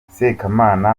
sekamana